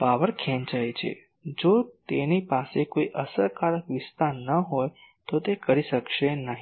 power ખેંચાય છે કે જો તેની પાસે કોઈ અસરકારક વિસ્તાર ન હોય તો તે કરી શકશે નહીં